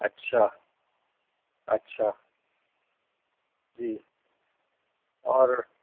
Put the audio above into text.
اچھا اچھا جی اور